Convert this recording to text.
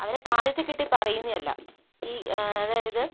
അവരെ താഴ്ത്തിക്കെട്ടി പറയുന്നതല്ല ഈ അതായത്